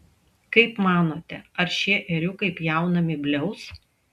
kaip manote ar šie ėriukai pjaunami bliaus